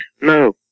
No